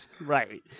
Right